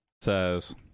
says